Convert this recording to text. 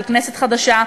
של כנסת חדשה,